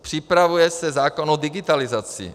Připravuje se zákon o digitalizaci.